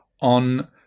on